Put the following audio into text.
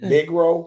Negro